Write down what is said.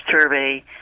survey